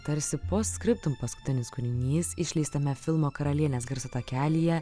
tarsi post scriptum paskutinis kūrinys išleistame filmo karalienės garso takelyje